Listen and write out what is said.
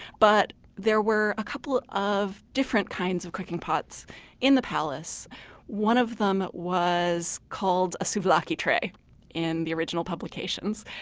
but there were a couple of different kinds of cooking pots in the palace one of them was called a souvlaki tray in the original publications.